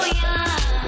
young